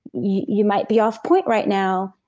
you might be off point right now,